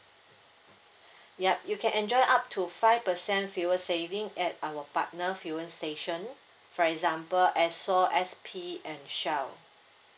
yup you can enjoy up to five percent fuel saving at our partner fuel station for example esso S_P and shell